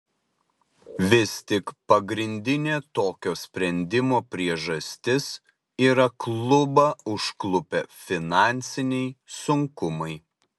vis tik pagrindinė tokio sprendimo priežastis yra klubą užklupę finansiniai sunkumai